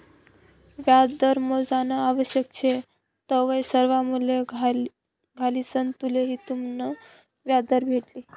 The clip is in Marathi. व्याजदर मोजानं आवश्यक शे तवय सर्वा मूल्ये घालिसंन तुम्हले तुमनं व्याजदर भेटी